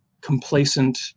complacent